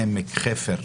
איגוד ערים כינרת, אושרה.